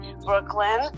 Brooklyn